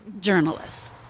journalists